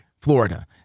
Florida